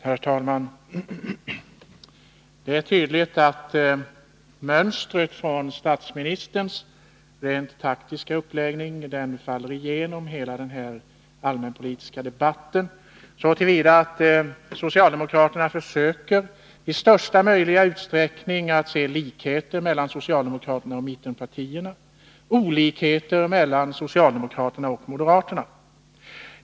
Herr talman! Det är tydligt att det mönster som statsministern visade upp i sin rent taktiska uppläggning går igen i hela den allmänpolitiska debatten, så till vida att socialdemokraterna försöker att i största möjliga utsträckning se likheter mellan socialdemokraterna och mittenpartierna och olikheter mellan socialdemokraterna och moderaterna.